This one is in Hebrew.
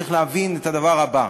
צריך להבין את הדבר הבא: